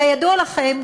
כידוע לכם,